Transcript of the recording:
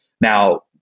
Now